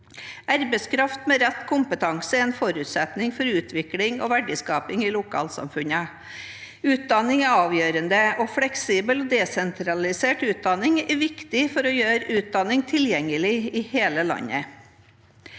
Arbeidskraft med rett kompetanse er en forutsetning for utvikling og verdiskaping i lokalsamfunnene. Utdanning er avgjørende, og fleksibel og desentralisert utdanning er viktig for å gjøre utdanning tilgjengelig i hele landet.